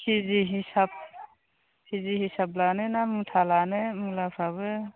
केजि हिसाब केजि हिसाब लानो ना मुथा लानो मुलाफ्राबो